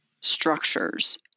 structures